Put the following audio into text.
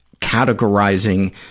categorizing